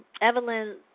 Evelyn